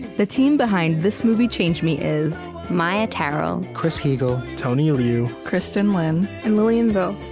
the team behind this movie changed me is maia tarrell, chris heagle, tony liu, kristin lin, and lilian vo.